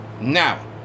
Now